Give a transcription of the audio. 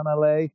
LA